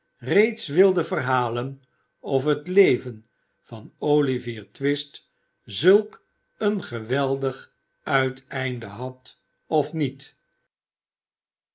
reeds wilde verhalen of het leven van olivier twist zulk een geweldig uiteinde had of niet